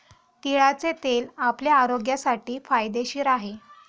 तिळाचे तेल आपल्या आरोग्यासाठी फायदेशीर आहे